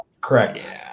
Correct